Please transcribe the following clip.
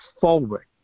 forward